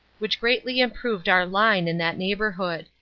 which greatly improved our line in that neighborhood.